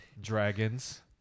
dragons